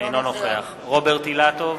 אינו נוכח רוברט אילטוב,